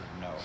no